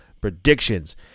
predictions